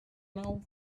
now